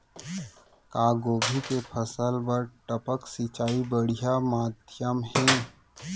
का गोभी के फसल बर टपक सिंचाई बढ़िया माधयम हे?